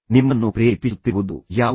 ನಿಮ್ಮನ್ನು ಪ್ರೇರೇಪಿಸುತ್ತಿರುವುದು ಯಾವುದು